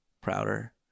prouder